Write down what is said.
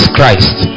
Christ